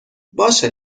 باشه